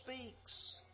speaks